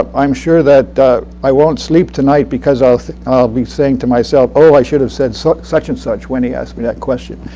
um i'm sure that i won't sleep tonight because i'll i'll be saying to myself, oh, i should've said such such and such when he asked me that question.